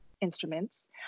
instruments